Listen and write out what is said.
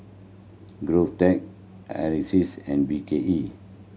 GovTech Acres and B K E